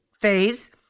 Phase